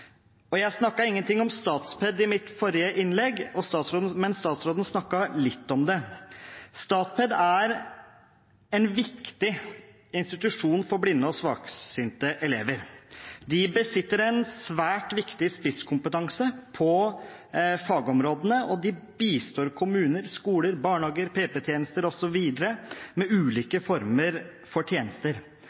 Jeg snakket ingenting om Statped i mitt forrige innlegg, men statsråden snakket litt om det. Statped er en viktig institusjon for blinde og svaksynte elever. De besitter en svært viktig spisskompetanse på fagområdene, og de bistår kommuner, skoler, barnehager, PP-tjenester osv. med ulike former for tjenester,